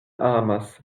amas